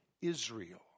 Israel